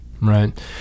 right